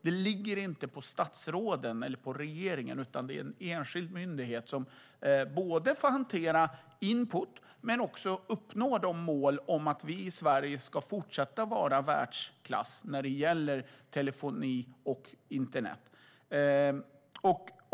Det ligger inte på statsråden eller på regeringen, utan det är en enskild myndighet som får hantera input men också uppnå målet om att vi i Sverige ska fortsätta att vara i världsklass när det gäller telefoni och internet.